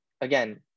again